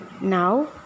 now